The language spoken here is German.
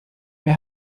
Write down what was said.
mehr